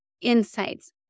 insights